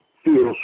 feels